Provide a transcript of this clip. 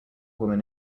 woman